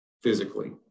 physically